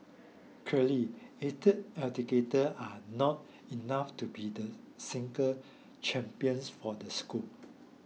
are not enough to be the single champions for the school